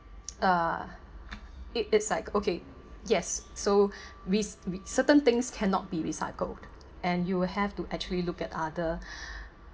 uh it it's like okay yes so risk with certain things cannot be recycled and you will have to actually look at other